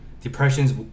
Depressions